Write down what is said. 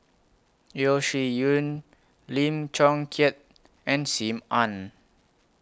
Yeo Shih Yun Lim Chong Keat and SIM Ann